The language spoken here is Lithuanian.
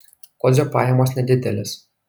kodzio pajamos nedidelės